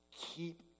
keep